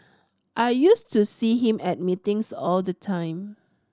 I used to see him at meetings all the time